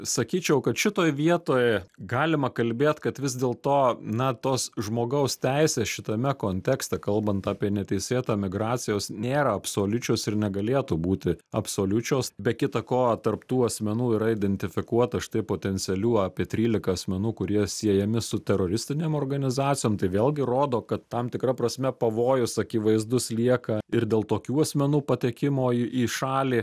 sakyčiau kad šitoj vietoj galima kalbėt kad vis dėlto na tos žmogaus teisės šitame kontekste kalbant apie neteisėtą migraciją jos nėra absoliučios ir negalėtų būti absoliučios be kita ko tarp tų asmenų yra identifikuota štai potencialių apie trylika asmenų kurie siejami su teroristinėm organizacijom tai vėlgi rodo kad tam tikra prasme pavojus akivaizdus lieka ir dėl tokių asmenų patekimo į į šalį